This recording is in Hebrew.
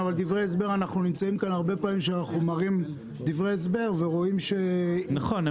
אבל הרבה פעמים רואים דברי הסבר- -- נכון,